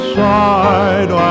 side